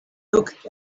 looked